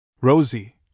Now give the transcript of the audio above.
Rosie